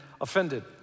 offended